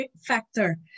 factor